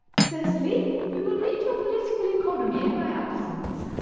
cecily, you will read your political economy in my absence.